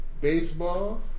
baseball